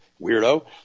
weirdo